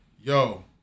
Yo